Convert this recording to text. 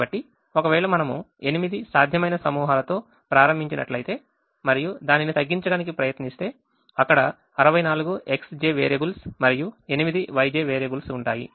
కాబట్టి ఒకవేళ మనము 8 సాధ్యమైన సమూహాలతో ప్రారంభించినట్లు అయితే మరియు దానిని తగ్గించడానికి ప్రయత్నిస్తే అక్కడ 64Xij వేరియబుల్స్ మరియు 8Yj వేరియబుల్స్ ఉంటాయి